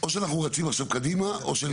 או שאנחנו רצים עכשיו קדימה או שאני